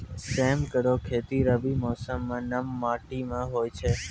सेम केरो खेती रबी मौसम म नम माटी में होय छै